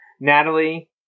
Natalie